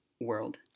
world